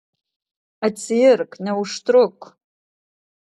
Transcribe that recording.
atsiirk neužtruk